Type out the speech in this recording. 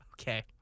Okay